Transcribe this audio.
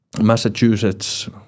Massachusetts